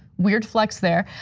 weird flex there.